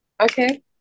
Okay